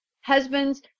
husbands